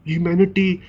Humanity